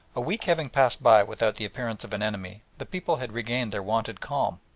a week having passed by without the appearance of an enemy, the people had regained their wonted calm,